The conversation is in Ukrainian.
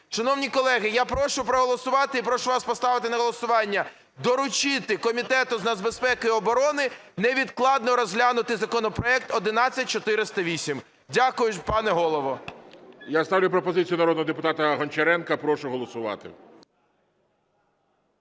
Шановні колеги, я прошу вас проголосувати і прошу вас поставити на голосування: доручити Комітету з нацбезпеки і оборони невідкладно розглянути законопроект 11408. Дякую, пане Голово. ГОЛОВУЮЧИЙ. Я ставлю пропозицію народного депутата Гончаренка. Прошу голосувати.